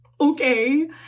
okay